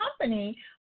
company